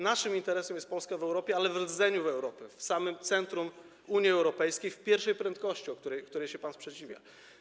Naszym interesem jest Polska w Europie, ale w rdzeniu Europy, w samym centrum Unii Europejskiej, w pierwszej prędkości, której się pan sprzeciwia.